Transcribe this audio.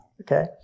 okay